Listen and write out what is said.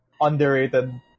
Underrated